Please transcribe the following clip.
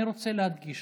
אני רוצה להדגיש,